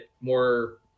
more